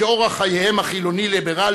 שאורח חייהם החילוני-ליברלי,